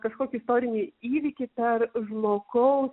kažkokį istorinį įvykį per žmogaus